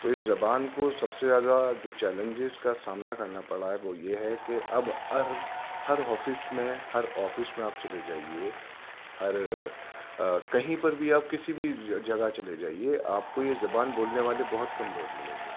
تو اس زبان کو سب سے زیادہ جو چیلنجز کا سامنا کرنا پڑ رہا ہے وہ یہ ہے کہ اب ہر ہر آفس میں ہر آفس میں آپ چلے جائیے ہر کہیں پر بھی آپ کسی بھی جگہ چلے جائیے آپ کو یہ زبان بولنے والے بہت کم لوگ ملیں گے